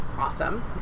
awesome